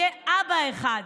יהיה אבא אחד,